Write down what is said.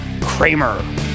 Kramer